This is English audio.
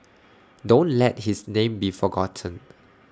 don't let his name be forgotten